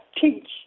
teach